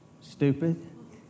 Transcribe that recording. Stupid